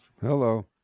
Hello